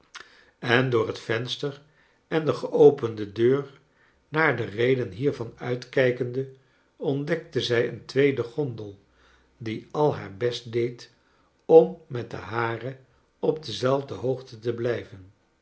en door het venster en de geopende deur naar de reden hiervan uitkijkende ontdekte zij een tweede gondel die al haar best deed om met de hare op dezelfde hoogte te blijven